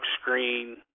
screen